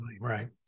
Right